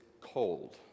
cold